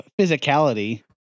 physicality